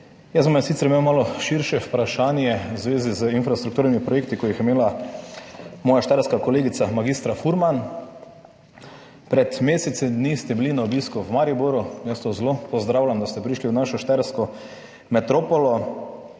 Jaz bom imel sicer malo širše vprašanje v zvezi z infrastrukturnimi projekti, kot jih je imela moja štajerska kolegica mag. Furman. Pred mesecem dni ste bili na obisku v Mariboru. Jaz to zelo pozdravljam, da ste prišli v našo štajersko metropolo.